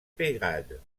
peyrade